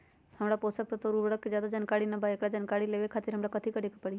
हमरा पोषक तत्व और उर्वरक के ज्यादा जानकारी ना बा एकरा जानकारी लेवे के खातिर हमरा कथी करे के पड़ी?